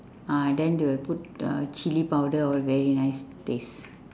ah then they will put the chilli powder all very nice taste